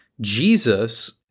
Jesus